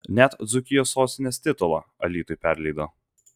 net dzūkijos sostinės titulą alytui perleido